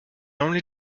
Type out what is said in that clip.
only